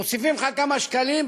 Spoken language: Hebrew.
מוסיפים לך כמה שקלים,